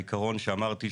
העיקרון שאמרתי,